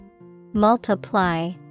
Multiply